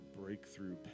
breakthrough